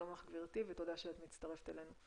שלום לך, גברתי, ותודה שאת מצטרפת אלינו.